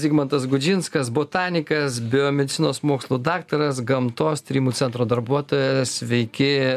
zigmantas gudžinskas botanikas biomedicinos mokslų daktaras gamtos tyrimų centro darbuotojas sveiki